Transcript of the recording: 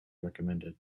recommended